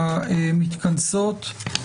ברוכות וברוכים המתכנסים והמתכנסות.